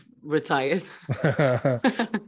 retired